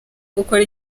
gukora